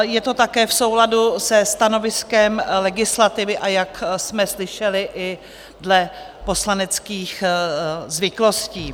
Je to také v souladu se stanoviskem legislativy, a jak jsme slyšeli, i dle poslaneckých zvyklostí.